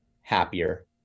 happier